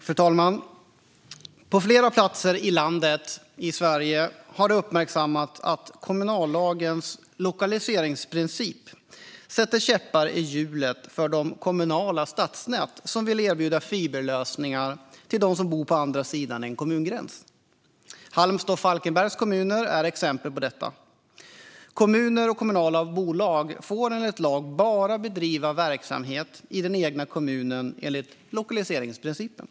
Fru talman! På flera platser i Sverige har det uppmärksammats att kommunallagens lokaliseringsprincip sätter käppar i hjulet för de kommunala stadsnät som vill erbjuda fiberlösningar till dem som bor på andra sidan en kommungräns. Halmstads och Falkenbergs kommuner är exempel på detta. Kommuner och kommunala bolag får enligt lag bedriva verksamhet bara i den egna kommunen enligt lokaliseringsprincipen.